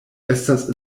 estas